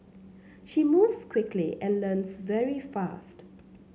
she moves quickly and learns very fast